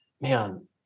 man